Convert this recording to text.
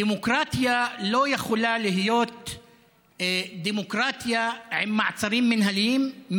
דמוקרטיה לא יכולה להיות דמוקרטיה עם מעצרים מינהליים,